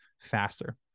faster